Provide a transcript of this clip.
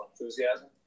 Enthusiasm